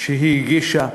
שהיא הגישה,